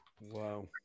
wow